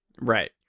right